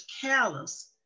callous